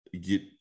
get